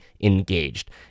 engaged